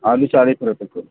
आलू चालीस रुपए किलो